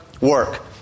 work